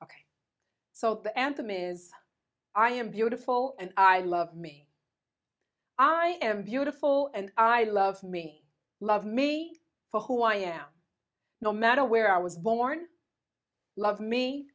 so the anthem is i am beautiful and i love me i am beautiful and i love me love me for who i am no matter where i was born love me